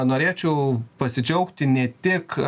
norėčiau pasidžiaugti ne tik